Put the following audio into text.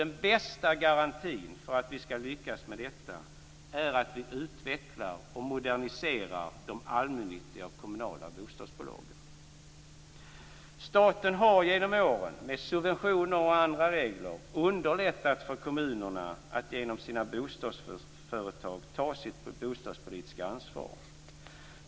Den bästa garantin för att vi skall lyckas med detta är att vi utvecklar och moderniserar de allmännyttiga och kommunala bostadsbolagen. Staten har genom åren med subventioner och andra regler underlättat för kommunerna att genom sina bostadsföretag ta sitt bostadspolitiska ansvar.